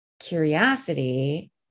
curiosity